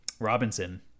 robinson